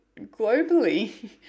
globally